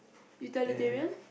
utilitarian